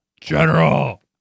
General